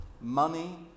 money